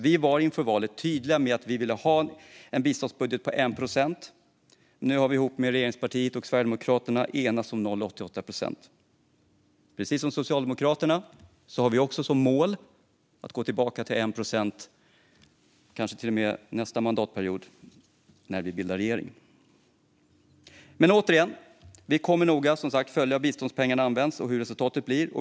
Vi var inför valet tydliga med att vi ville ha en biståndsbudget på 1 procent. Nu har vi ihop med de andra regeringspartierna och Sverigedemokraterna enats om 0,88 procent. Precis som Socialdemokraterna har vi också som mål att gå tillbaka till 1 procent, kanske till och med nästa mandatperiod när vi bildar regering. Men vi kommer som sagt noga att följa hur biståndspengarna används och hur resultatet blir.